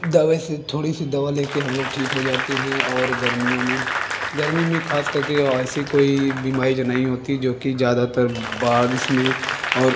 दवाई से थोड़ी सी दवा ले के हम लोग ठीक हो जाते हैं और गर्मियों में गर्मी में ख़ास कर के वो ऐसी कोई बीमारी तो नहीं होती जो कि ज़्यादातर बारिश में और